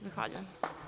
Zahvaljujem.